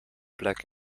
plek